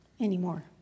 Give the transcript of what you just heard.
anymore